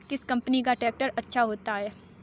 किस कंपनी का ट्रैक्टर अच्छा होता है?